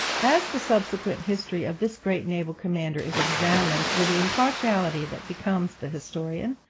as the subsequent history of this great naval commander is examined with the impartiality that becomes the historian,